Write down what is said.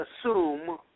assume